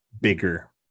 bigger